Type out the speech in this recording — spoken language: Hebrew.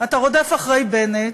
אתה רודף אחרי בנט,